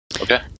Okay